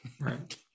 Right